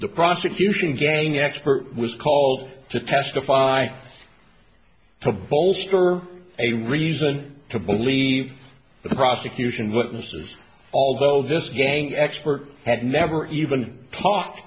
the prosecution again expert was called to testify to bolster a reason to believe the prosecution witnesses although this gang expert had never even talked